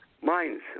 mines